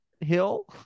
Hill